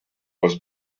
was